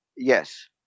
Yes